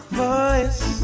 voice